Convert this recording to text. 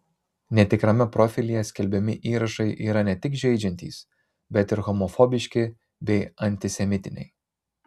netikrame profilyje skelbiami įrašai yra ne tik žeidžiantys bet ir homofobiški bei antisemitiniai